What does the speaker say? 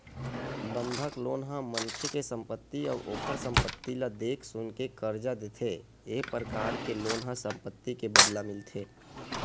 बंधक लोन ह मनखे के संपत्ति अउ ओखर संपत्ति ल देख सुनके करजा देथे ए परकार के लोन ह संपत्ति के बदला मिलथे